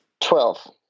Twelve